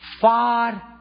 far